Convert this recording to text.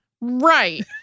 Right